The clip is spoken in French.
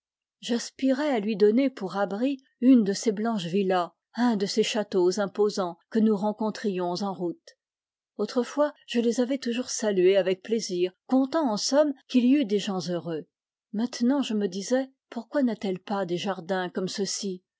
j'aspirai à lui donner pour abri une de ces blanches villas un de ces châteaux imposans que nous rencontrions en route autrefois je les avais toujours salués avec plaisir content en sommie qu'il y eût des gens heureux maintenant je me disais pourquoi n'a-t-elle pas des jardins comme ceux-ci